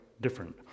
different